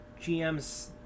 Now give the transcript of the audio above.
GMs